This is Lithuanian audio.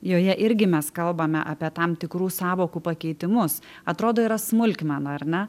joje irgi mes kalbame apie tam tikrų sąvokų pakeitimus atrodo yra smulkmena ar ne